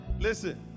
Listen